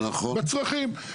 בצרכים.